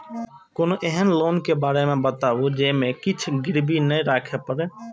कोनो एहन लोन के बारे मे बताबु जे मे किछ गीरबी नय राखे परे?